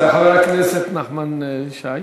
חבר הכנסת נחמן שי?